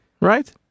Right